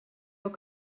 your